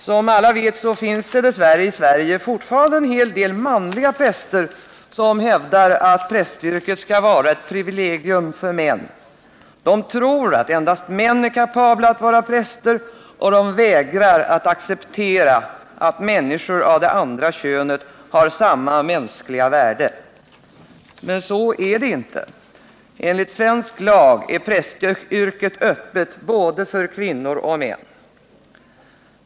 Som alla vet finns det dess värre i Sverige fortfarande en hel del manliga präster som hävdar att prästyrket skall vara ett privilegium för män. De tror att endast män är kapabla att vara präster, och de vägrar att acceptera att medmänniskor av det andra könet har samma mänskliga värde. Men så är det inte. Enligt svensk lag är prästyrket öppet för både kvinnor och män.